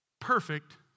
perfect